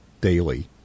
daily